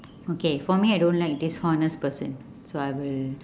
okay for me I don't like dishonest person so I will